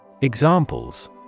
Examples